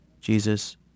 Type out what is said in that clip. Jesus